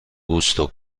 gusto